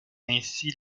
ainsi